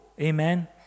Amen